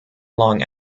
long